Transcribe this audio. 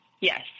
Yes